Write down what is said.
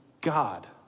God